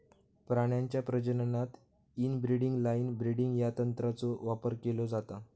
प्राण्यांच्या प्रजननात inbreeding line breeding या तंत्राचो वापर केलो जाता